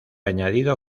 añadido